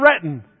threatened